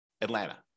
Atlanta